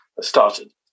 started